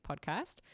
podcast